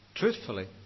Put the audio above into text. Truthfully